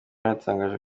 yanatangaje